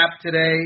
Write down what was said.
today